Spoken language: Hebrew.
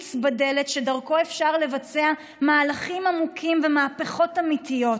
החריץ בדלת שדרכו אפשר לבצע מהלכים עמוקים ומהפכות אמיתיות,